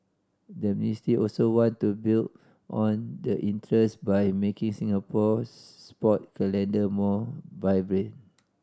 the ministry also want to build on the interest by making Singapore's sport calendar more vibrant